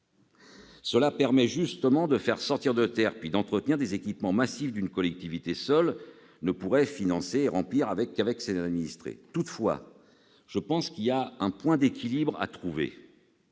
Cela permet justement de faire sortir de terre puis d'entretenir des équipements massifs, qu'une collectivité seule ne pourrait financer et « remplir » avec ses seuls administrés. Toutefois, je pense qu'il y a un point d'équilibre à trouver,